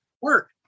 work